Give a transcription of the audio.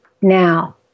Now